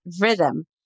rhythm